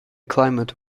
climate